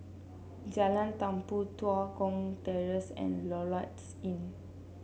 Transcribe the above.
Jalan Tumpu Tua Kong Terrace and Lloyds Inn